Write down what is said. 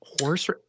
horse